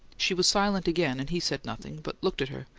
she was silent again, and he said nothing, but looked at her,